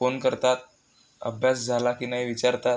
phone करतात अभ्यास झाला की नाही विचारतात